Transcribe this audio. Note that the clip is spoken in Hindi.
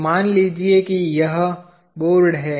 तो मान लीजिए कि यह बोर्ड है